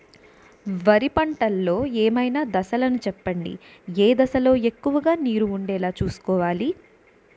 వరిలో పంటలు ఏమైన దశ లను చెప్పండి? ఏ దశ లొ ఎక్కువుగా నీరు వుండేలా చుస్కోవలి?